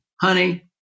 Honey